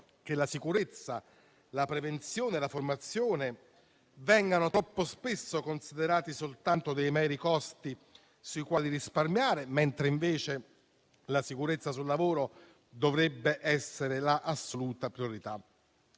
che la sicurezza, la prevenzione e la formazione vengano troppo spesso considerate soltanto dei meri costi sui quali risparmiare, mentre la sicurezza sul lavoro dovrebbe essere l'assoluta priorità.